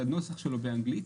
לנוסח שלו באנגלית,